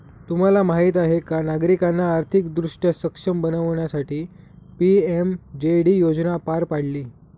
तुम्हाला माहीत आहे का नागरिकांना आर्थिकदृष्ट्या सक्षम बनवण्यासाठी पी.एम.जे.डी योजना पार पाडली